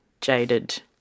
jaded